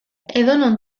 edonon